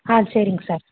ஆ சரிங்க சார்